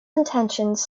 intentions